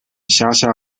辖下